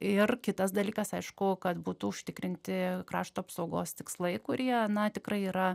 ir kitas dalykas aišku kad būtų užtikrinti krašto apsaugos tikslai kurie na tikrai yra